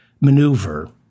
maneuver